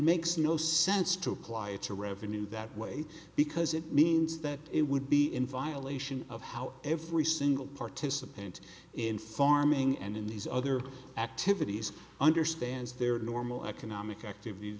makes no sense to apply it to revenue that way because it means that it would be in violation of how every single participant in farming and in these other activities understands their normal economic activ